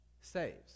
saves